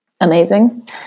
amazing